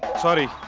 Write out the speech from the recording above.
satti